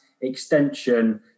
extension